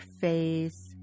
face